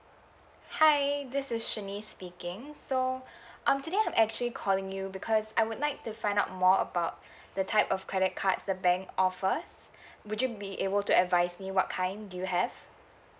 hi this is shanice speaking so um today I'm actually calling you because I would like to find out more about the type of credit cards the bank offers would you be able to advise me what kind do you have